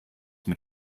mit